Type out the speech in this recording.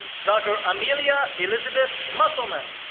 dr. amelia elizabeth musselman.